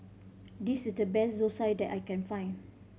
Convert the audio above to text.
this is the best Zosui that I can find